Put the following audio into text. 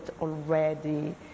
already